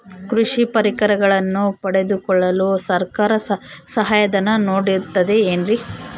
ಕೃಷಿ ಪರಿಕರಗಳನ್ನು ಪಡೆದುಕೊಳ್ಳಲು ಸರ್ಕಾರ ಸಹಾಯಧನ ನೇಡುತ್ತದೆ ಏನ್ರಿ?